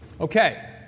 Okay